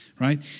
right